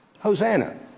Hosanna